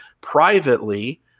privately